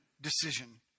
decision